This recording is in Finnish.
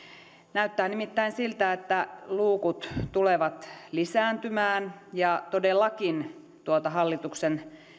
näyttää nimittäin siltä että luukut tulevat lisääntymään ja todellakin tuota hallituksen